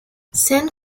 saint